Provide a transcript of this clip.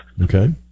Okay